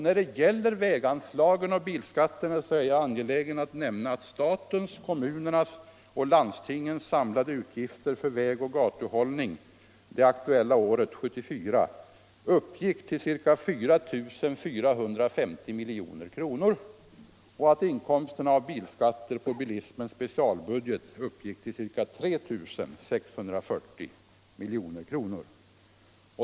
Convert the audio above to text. När det gäller väganslagen och bilskatterna är jag angelägen att nämna att statens, kommunernas och landstingens samlade utgifter för vägoch gatuhållning det aktuella året, 1974, uppgick till ca 4 450 milj.kr. och att inkomsterna av bilskatter för bilismens specialbudget utgjorde ca 3 640 milj.kr.